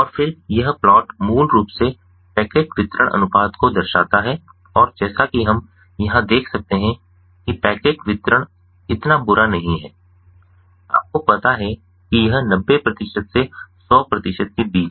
और फिर यह प्लॉट मूल रूप से पैकेट वितरण अनुपात को दर्शाता है और जैसा कि हम यहाँ देख सकते हैं कि पैकेट वितरण इतना बुरा नहीं है आपको पता है कि यह 90 प्रतिशत से 100 प्रतिशत के बीच है